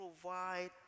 provide